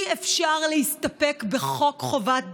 אי-אפשר להסתפק בחוק חובת דיווח,